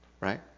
Right